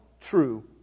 true